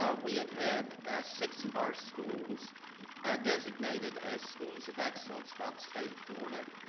ah we have had six of our schools designated as schools of excellence by the state of florida.